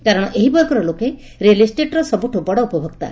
କାରଣ ଏହି ବର୍ଗର ଲୋକେ ରିଏଲିଷେଟ୍ର ସବୁଠୁ ବଡ଼ ଉପଭୋକ୍ତା